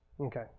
Okay